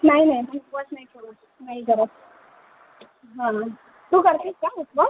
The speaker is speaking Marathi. नाही नाही उपवास नाही ठेवत नाही करत हां तू करतेस का उपवास